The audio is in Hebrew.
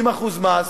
30% מס,